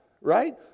right